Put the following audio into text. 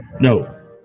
no